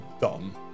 dumb